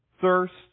thirst